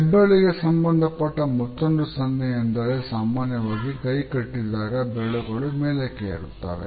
ಹೆಬ್ಬೆರಳಿಗೆ ಸಂಬಂಧಪಟ್ಟ ಮತ್ತೊಂದು ಸನ್ನೆ ಅಂದರೆ ಸಾಮಾನ್ಯವಾಗಿ ಕೈ ಕಟ್ಟಿದಾಗ ಬೆರಳುಗಳು ಮೇಲಕ್ಕೆ ಇರುತ್ತವೆ